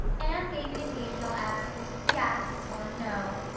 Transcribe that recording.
anne gave an occasional absent yes or no,